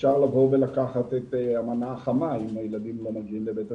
אפשר לבוא ולקחת את המנה החמה אם הילדים לא מגיעים לבית הספר,